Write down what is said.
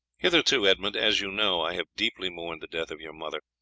hitherto, edmund, as you know, i have deeply mourned the death of your mother,